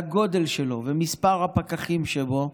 והגודל שלו ומספר הפקחים שבו,